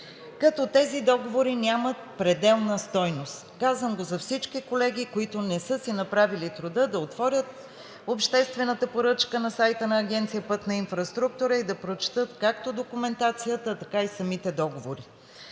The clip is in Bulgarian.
като тези договори нямат пределна стойност. Казвам го за всички колеги, които не са си направили труда да отворят обществената поръчка на сайта на Агенция „Пътна инфраструктура“ и да прочетат както документацията, така и самите договори.